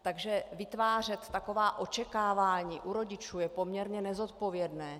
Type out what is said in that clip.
Takže vytvářet taková očekávání u rodičů je poměrně nezodpovědné.